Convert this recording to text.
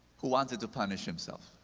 who wanted to punish himself.